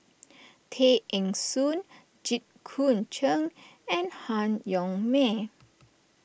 Tay Eng Soon Jit Koon Ch'ng and Han Yong May